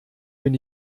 bin